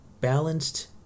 balanced